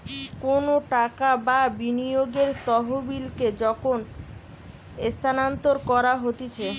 কোনো টাকা বা বিনিয়োগের তহবিলকে যখন স্থানান্তর করা হতিছে